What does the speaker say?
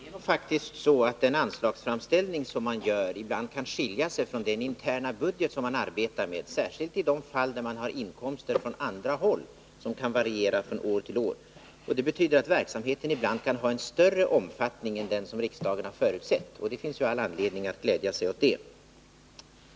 Herr talman! Det är faktiskt så att den anslagsframställning som man gör ibland kan skilja sig från den interna budget man arbetar med, särskilt i de fall då man har inkomster från andra håll som kan variera från år till år. Det betyder att verksamheten ibland kan ha en större omfattning än riksdagen har förutsett, och det finns all anledning att glädja sig åt det.